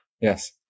yes